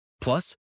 Plus